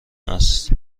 است